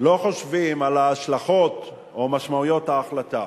לא חושבים על ההשלכות או משמעויות ההחלטה.